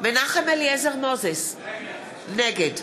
מנחם אליעזר מוזס, נגד